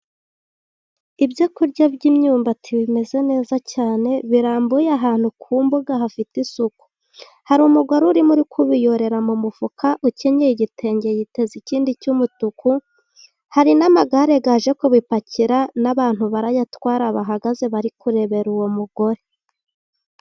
Ibyoku kurya by'imyumbati bimeze neza cyane, birambuye ahantu ku mbuga hafite isuku. Hari umugore urimo kubiyorera mu mufuka ukennyeye igitenge, yiteze ikindi cy'umutuku, hari n'amagare aje ku bipakira n'abantu barayatwara bahagaze, bari kurebera uwo mugore.